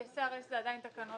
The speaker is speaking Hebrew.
כי ה-CRS זה עדיין תקנות